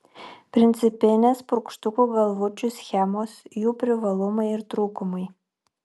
principinės purkštukų galvučių schemos jų privalumai ir trūkumai